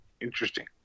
interesting